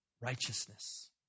righteousness